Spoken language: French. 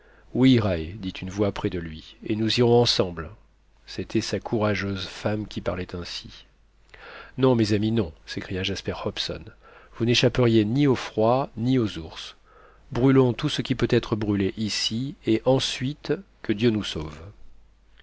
dit une voix près de lui et nous irons ensemble c'était sa courageuse femme qui parlait ainsi non mes amis non s'écria jasper hobson vous n'échapperiez ni au froid ni aux ours brûlons tout ce qui peut être brûlé ici et ensuite que dieu nous sauve